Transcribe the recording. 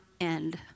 end